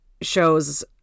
shows